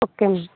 okay ma'am